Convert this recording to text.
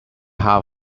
half